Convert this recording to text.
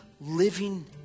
living